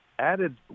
Added